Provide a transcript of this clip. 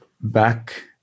back